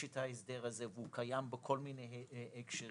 את ההסדר הזה והוא קיים בכל מיני הקשרים,